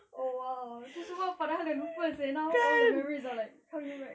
oh !wow! tu semua pahadal dah lupa seh now all the memories are like coming back